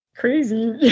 crazy